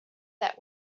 that